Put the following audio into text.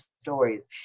stories